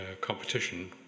competition